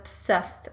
obsessed